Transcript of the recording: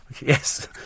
Yes